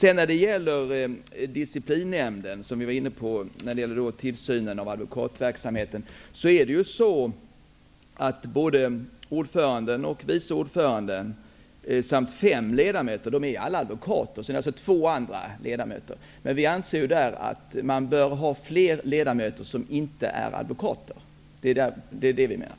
I disciplinnämnden, som vi var inne på när det gällde tillsynen av advokatverksamheten, är både ordföranden och vice ordföranden samt fem ledamöter alla advokater. Sedan finns det två andra ledamöter. Vi anser att man bör ha fler ledamöter som inte är advokater. Det är vad vi menar.